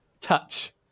touch